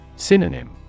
Synonym